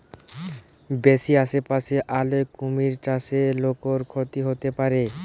বেশি আশেপাশে আলে কুমির চাষে লোকর ক্ষতি হতে পারে